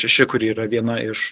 šeši kuri yra viena iš